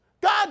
God